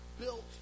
built